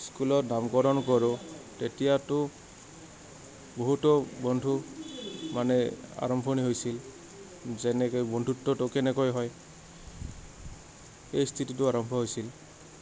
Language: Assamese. স্কুলত নামকৰণ কৰোঁ তেতিয়াতো বহুতো বন্ধু মানে আৰম্ভণি হৈছিল যেনেকৈ বন্ধুত্বটো কেনেকৈ হয় এই স্থিতিটো আৰম্ভ হৈছিল